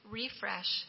refresh